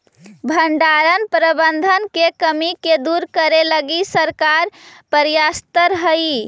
भण्डारण प्रबंधन के कमी के दूर करे लगी सरकार प्रयासतर हइ